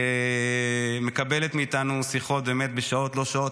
היא מקבלת מאיתנו שיחות באמת בשעות לא שעות,